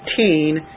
19